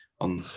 on